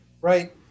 right